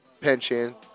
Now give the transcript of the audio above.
pension